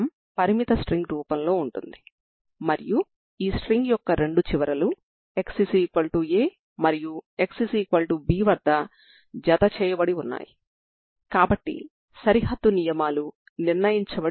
కాబట్టి పరిమిత string utt c2uxx0 ని సమస్యగా పరిగణించండి